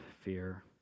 fear